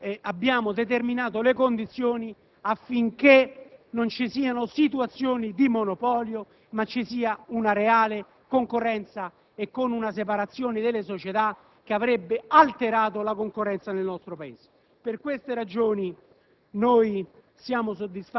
ci convince, nel senso che abbiamo determinato le condizioni affinché non ci siano situazioni di monopolio, ma ci sia una reale concorrenza, né una separazione delle società che avrebbe alterato la concorrenza nel nostro Paese.